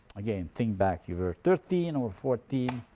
again think back you were thirteen or fourteen,